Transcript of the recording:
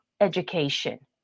education